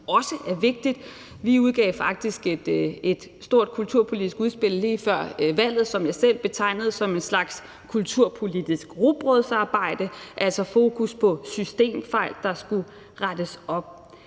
også er vigtigt. Vi udgav faktisk et stort kulturpolitisk udspil lige før valget, som jeg selv betegnede som en slags kulturpolitisk rugbrødsarbejde, altså med fokus på systemfejl, der skulle rettes op.